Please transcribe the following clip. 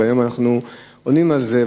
והיום אנחנו עונים על זה,